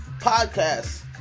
podcast